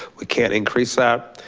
we can't increase that.